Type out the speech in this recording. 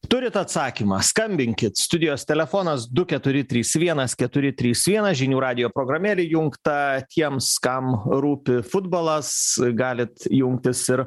turit atsakymą skambinkit studijos telefonas du keturi trys vienas keturi trys vienas žinių radijo programėlė įjungta tiems kam rūpi futbolas galit jungtis ir